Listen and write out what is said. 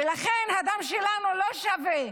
ולכן, הדם שלנו לא שווה.